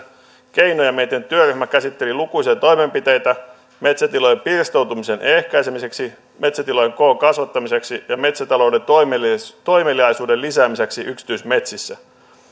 keinoja miettinyt työryhmä käsitteli lukuisia toimenpiteitä metsätilojen pirstoutumisen ehkäisemiseksi metsätilojen koon kasvattamiseksi ja metsätalouden toimeliaisuuden toimeliaisuuden lisäämiseksi yksityismetsissä